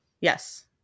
Yes